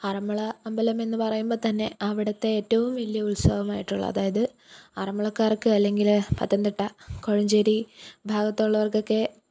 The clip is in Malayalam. ആറന്മുള അമ്പലമെന്ന് പറയുമ്പോൾത്തന്നെ അവിടുത്തെ ഏറ്റവും വലിയ ഉത്സവമായിട്ടുള്ള അതായത് ആറന്മുളക്കാര്ക്ക് അല്ലെങ്കിൽ പത്തനംതിട്ട കോഴഞ്ചേരി ഭാഗത്തുള്ളവര്ക്കൊക്കെ